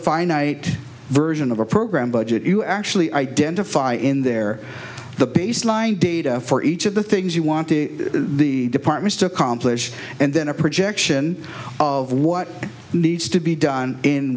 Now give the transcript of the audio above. finite version of a program budget you actually identify in there the baseline data for each of the things you want the departments to accomplish and then a projection of what needs to be done in